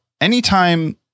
anytime